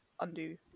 undo